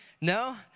No